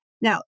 Now